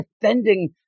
defending